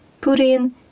Putin